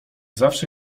zawsze